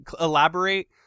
elaborate